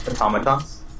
Automatons